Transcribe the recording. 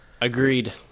Agreed